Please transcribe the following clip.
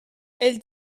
elle